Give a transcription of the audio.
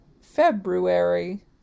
february